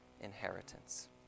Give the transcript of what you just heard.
inheritance